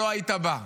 לא היית בא.